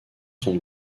son